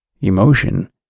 emotion